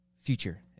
future